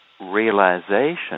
realization